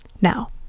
Now